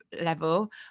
level